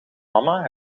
mama